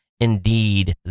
Indeed